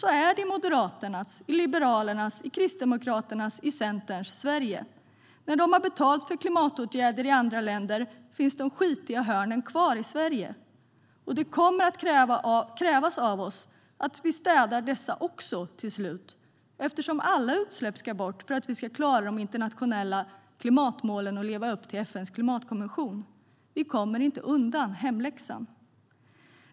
Så är det i Moderaternas, Liberalernas, Kristdemokraternas och Centerns Sverige. När de har betalat för klimatåtgärder i andra länder finns de skitiga hörnen kvar i Sverige. Det kommer att krävas av oss att vi till slut städar också dessa hörn eftersom alla utsläpp ska bort för att vi ska klara de internationella klimatmålen och leva upp till FN:s klimatkonvention. Vi kommer inte undan hemläxan.